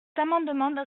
amendement